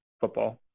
football